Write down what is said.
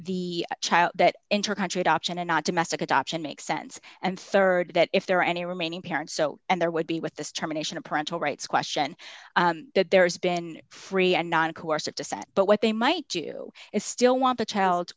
the child that intercountry adoption and not domestic adoption makes sense and rd that if there are any remaining parents so and there would be with this terminations parental rights question that there's been free and non coercive to set but what they might do is still want the child